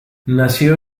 nació